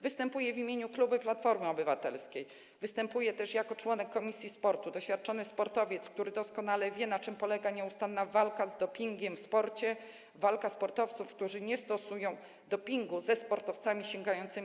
Występuję w imieniu klubu Platformy Obywatelskiej, występuję też jako członek komisji sportu i doświadczony sportowiec, który doskonale wie, na czym polega nieustanna walka z dopingiem w sporcie, walka sportowców, którzy nie stosują dopingu, ze sportowcami po niego sięgającymi.